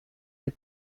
the